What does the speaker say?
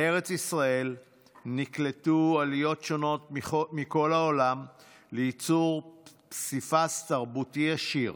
בארץ ישראל נקלטו עליות שונות מכל העולם לייצור פסיפס תרבותי עשיר.